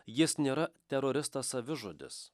jis nėra teroristas savižudis